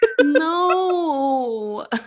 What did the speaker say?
no